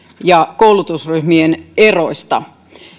ja koulutusryhmien eroista